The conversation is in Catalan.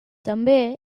també